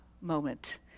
moment